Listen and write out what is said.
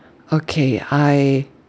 okay I